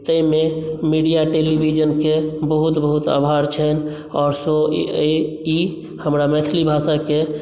जाहिमे मिडिया टेलीविजनकेँ बहुत बहुत आभार छनि आओर ई हमरा मैथिली भाषाकेँ